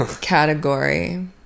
category